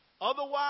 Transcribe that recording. Otherwise